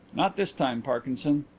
not this time, parkinson.